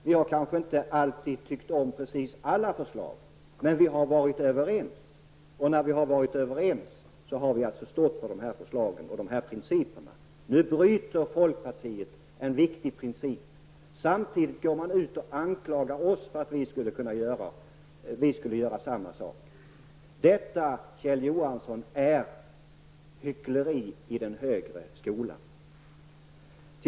Vi har kanske inte alltid tyckt om alla förslag, men vi har varit överens. När vi har varit överens har vi stått för de här förslagen och de här principerna. Nu bryter folkpartiet en viktig princip. Samtidigt anklagar man oss för att göra samma sak. Det, Kjell Johansson, är hyckleri i den högre skolan.